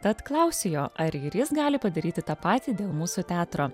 tad klausiu jo ar ir jis gali padaryti tą patį dėl mūsų teatro